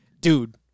dude